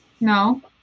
No